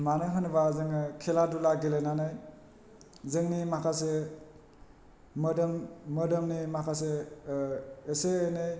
मानो होनोबा जोङो खेला दुला गेलेनानै जोंनि माखासे मोदोमनि माखासे एसे एनै